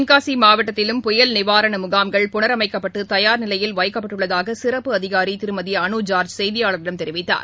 தென்னசிமாவட்டத்திலும் புயல் நிவாரணமுகாம்கள் புனரமைக்கப்பட்டுதயார் நிலையில் வைக்கப்பட்டுள்ளதாகசிறப்பு அதிகாரிஅனுஜார்ஜ் செய்தியாளர்களிடம் தெரிவித்தார்